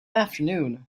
afternoon